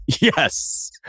Yes